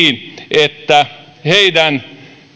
että heidän